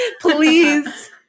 please